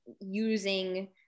using